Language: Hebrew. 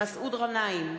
מסעוד גנאים,